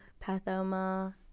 Pathoma